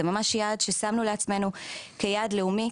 זה ממש יעד ששמנו לעצמנו כיעד לאומי,